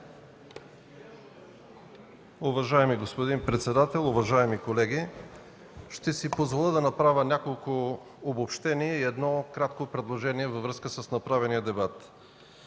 Уважаеми господин председател, уважаеми колеги! Ще си позволя да направя няколко обобщения и едно кратко предложение във връзка с направения дебат.